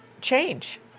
change